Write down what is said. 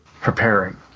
Preparing